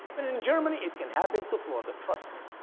and in germany it can happen to florida. trust me